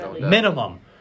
Minimum